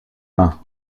mains